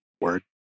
word